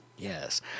Yes